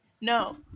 No